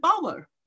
power